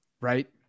right